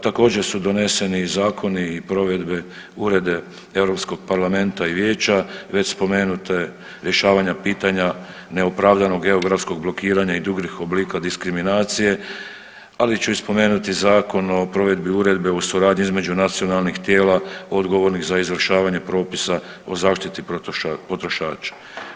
Također su doneseni zakoni i provedbe uredbe EU parlamenta i vijeća već spomenute, rješavanja pitanja neopravdanog geografskog blokiranja i drugih oblika diskriminacije, ali ću i spomenuti i zakon o provedbi uredbe u suradnji između nacionalnih tijela odgovornih za izvršavanje propisa o zaštiti potrošača.